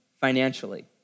Financially